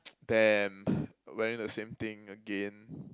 damn wearing the same thing again